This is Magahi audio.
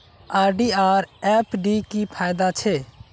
आर.डी आर एफ.डी की फ़ायदा छे?